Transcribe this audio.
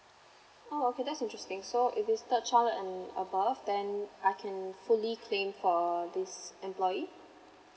oh okay that's interesting so if it's third child and above then I can fully claim for this employee